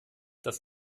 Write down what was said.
dass